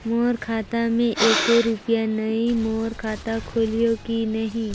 मोर खाता मे एको रुपिया नइ, मोर खाता खोलिहो की नहीं?